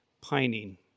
pining